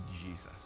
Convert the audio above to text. Jesus